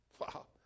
Wow